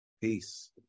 Peace